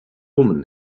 woman